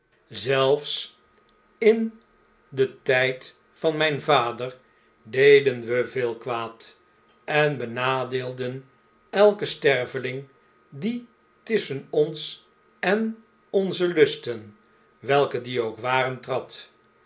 zelfs in den tn'd van mijn vader deden we veel kwaad en benadeelden elken sterveling die tusschenons en onze lusten welke die ook waren